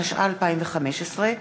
התשע"ה 2015,